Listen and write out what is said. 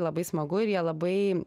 labai smagu ir jie labai